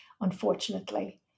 unfortunately